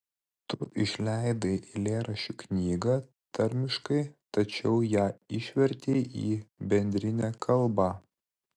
tu išleidai eilėraščių knygą tarmiškai tačiau ją išvertei į bendrinę kalbą